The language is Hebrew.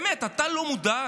באמת, אתה לא מודאג?